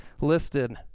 listed